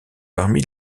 parmi